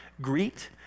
greet